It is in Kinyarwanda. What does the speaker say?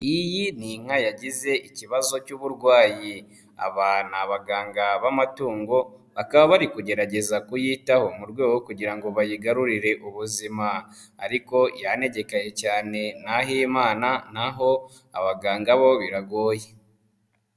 Iyi ni inka yagize ikibazo cy'uburwayi, aba ni abaganga b'amatungo bakaba bari kugerageza kuyitaho mu rwego rwo kugira ngo bayigarurire ubuzima ariko yanegekaye cyane, ni ah'Imana naho abaganga bo biragoye.